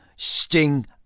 Sting